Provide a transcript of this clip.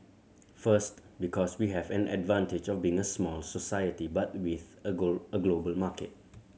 first because we have an advantage of being a small society but with a girl a global market